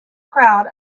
crowd